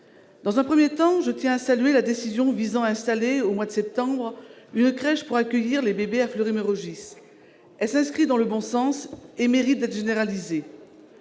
Dans un premier temps, je tiens à saluer la décision visant à installer, au mois de septembre prochain, une crèche pour accueillir les bébés à Fleury-Mérogis. Cette mesure de bon sens mérite d'être généralisée.